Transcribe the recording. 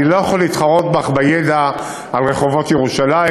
אני לא יכול להתחרות בך בידע על רחובות ירושלים,